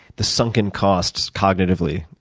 the sunken costs, cognitively,